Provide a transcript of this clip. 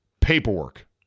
Paperwork